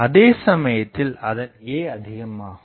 அதே சமயத்தில் அதன் a அதிகமாகும்